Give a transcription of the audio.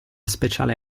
speciale